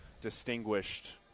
distinguished